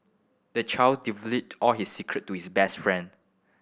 the child divulged all his secret to his best friend